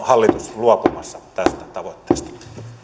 hallitus luopumassa tästä tavoitteesta